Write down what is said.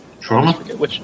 Trauma